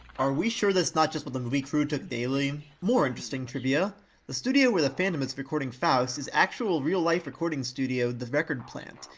are we sure that's not just what the movie crew took daily? more interesting trivia the studio where the phantom is writing faust is actual real-life recording studio the record plant,